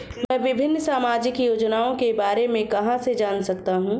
मैं विभिन्न सामाजिक योजनाओं के बारे में कहां से जान सकता हूं?